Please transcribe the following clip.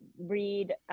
read